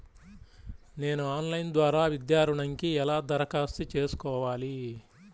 నేను ఆన్లైన్ ద్వారా విద్యా ఋణంకి ఎలా దరఖాస్తు చేసుకోవాలి?